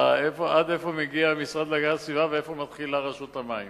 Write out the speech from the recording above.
עד איפה מגיע המשרד להגנת הסביבה ואיפה מתחילה רשות המים.